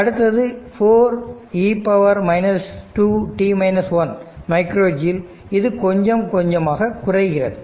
அடுத்தது 4e 2 micro joule இது கொஞ்சம் கொஞ்சமாக குறைகிறது